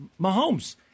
Mahomes